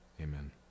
amen